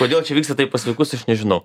kodėl čia vyksta taip pas vaikus aš nežinau